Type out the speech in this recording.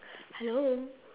hello